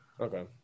Okay